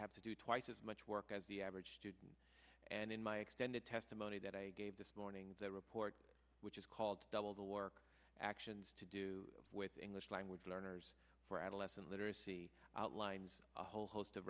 have to do twice as much work as the average student and in my extended testimony that i gave this morning the report which is called double the work actions to do with english language learners for adolescent literacy outlines a whole host of